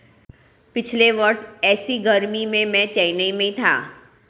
पिछले वर्ष ऐसी गर्मी में मैं चेन्नई में था